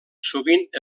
sovint